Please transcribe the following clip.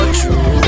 true